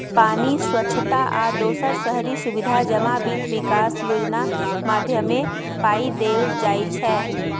पानि, स्वच्छता आ दोसर शहरी सुबिधा जमा बित्त बिकास योजना माध्यमे पाइ देल जाइ छै